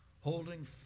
holding